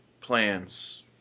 plans